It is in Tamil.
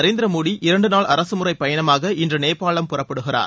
நரேந்திரமோடி இரண்டு நாள் அரசு முறை பயணமாக இன்று நேபாளம் புறப்படுகிறார்